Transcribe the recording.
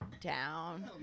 down